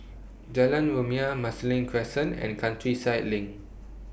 Jalan Rumia Marsiling Crescent and Countryside LINK